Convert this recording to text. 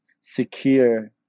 secure